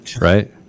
right